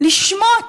לשמוט